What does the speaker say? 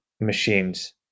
machines